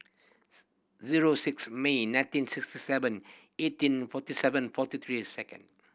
zero six May nineteen sixty seven eighteen forty seven forty three seconds